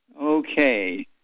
Okay